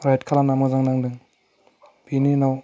ride खालामना मोजां नांदों बिनि उनाव